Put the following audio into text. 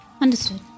Understood